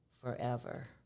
forever